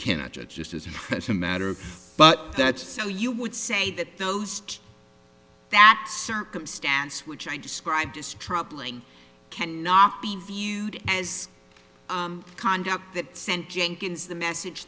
cannot judge just as a pressing matter but that's so you would say that those that circumstance which i described as troubling cannot be viewed as conduct that sent jenkins the message